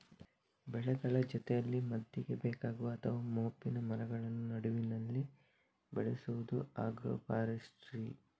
ಬೆಳೆಗಳ ಜೊತೆಯಲ್ಲಿ ಮದ್ದಿಗೆ ಬೇಕಾಗುವ ಅಥವಾ ಮೋಪಿನ ಮರಗಳನ್ನ ನಡುವಿನಲ್ಲಿ ಬೆಳೆಸುದು ಆಗ್ರೋ ಫಾರೆಸ್ಟ್ರಿ